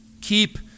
Keep